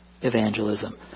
evangelism